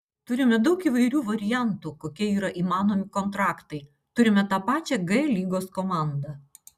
turime daug įvairių variantų kokie yra įmanomi kontraktai turime tą pačią g lygos komandą